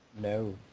No